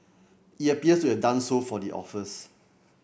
it appears to have done so for the authors